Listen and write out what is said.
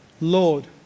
Lord